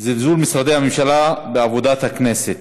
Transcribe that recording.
זלזול משרדי הממשלה בעבודת הכנסת,